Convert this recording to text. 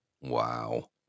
Wow